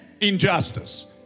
injustice